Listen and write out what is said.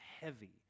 heavy